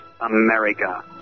America